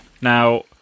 Now